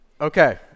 Okay